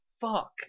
fuck